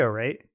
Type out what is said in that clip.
right